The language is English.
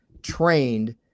Trained